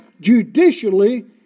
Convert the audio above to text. judicially